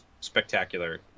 spectacular